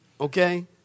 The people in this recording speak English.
Okay